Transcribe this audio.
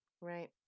Right